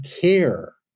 care